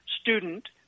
student